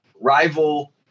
Rival